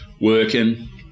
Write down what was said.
working